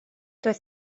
doedd